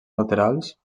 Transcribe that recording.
laterals